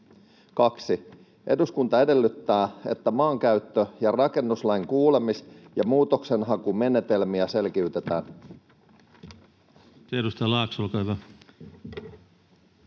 2) Eduskunta edellyttää, että maankäyttö‑ ja rakennuslain kuulemis‑ ja muutoksenhakumenetelmiä selkiytetään.” Edustaja Laakso, olkaa hyvä.